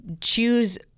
choose